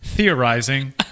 Theorizing